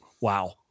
Wow